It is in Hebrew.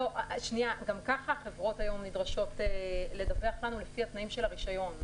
גם ככה החברות היום נדרשות לדווח לנו לפי התנאים של הרישיון.